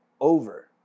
over